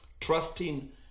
Trusting